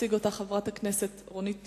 תציג אותה חברת הכנסת רונית תירוש,